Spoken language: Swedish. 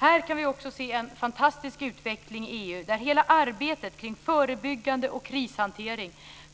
Här kan vi också se en fantastisk utveckling i EU. Hela arbetet där med förebyggande åtgärder och krishantering gör att vi